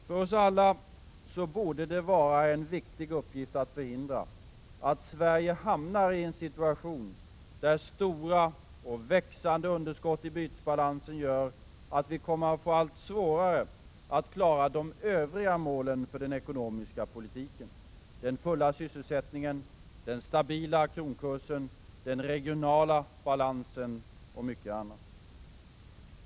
För oss alla borde det vara en viktig uppgift att förhindra att Sverige hamnar i en situation där stora och växande underskott i bytesbalansen gör att vi kommer att få allt svårare att klara de övriga målen för den ekonomiska politiken: den fulla sysselsättningen, den stabila kronkursen, den regionala balansen och mycket annat.